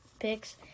picks